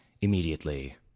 immediately